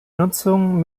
nutzung